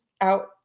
out